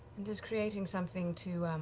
and he's creating something to